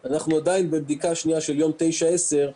בבדיקה שמתבצעת ביום ה-9 או ה-10,